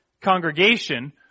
congregation